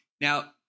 Now